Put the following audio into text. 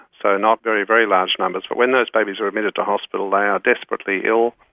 so not very, very large numbers. but when those babies are admitted to hospital they are desperately ill.